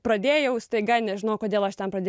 pradėjau staiga nežinau kodėl aš ten pradėjau